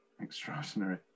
extraordinary